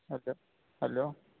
hello hello